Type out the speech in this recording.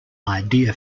idea